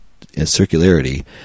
circularity